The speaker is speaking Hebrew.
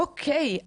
אוקיי,